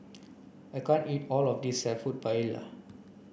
I can't eat all of this Seafood Paella